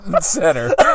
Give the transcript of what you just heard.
center